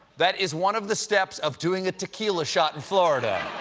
that is one of the steps of doing a tequila shot in florida.